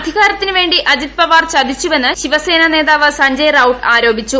അധികാരത്തിന് വേണ്ടി അജിത് പവാർ ചതിച്ചുവെന്ന് ശിവസേനാ നേതാവ് സഞ്ജയ് റൌട്ട് ആരോപിച്ചു